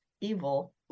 evil